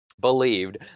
believed